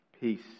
peace